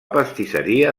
pastisseria